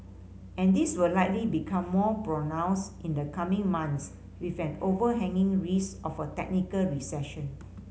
and this will likely become more pronounced in the coming months with an overhanging risk of a technical recession